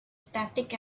static